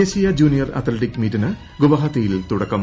ദേശീയ junior athletic മീറ്റിന് ഗുവാഹത്തിയിൽ തുടക്കം